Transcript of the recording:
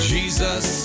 Jesus